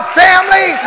family